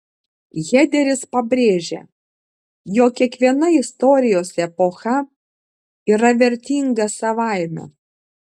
hederis pabrėžė jog kiekviena istorijos epocha yra vertinga savaime